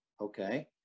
okay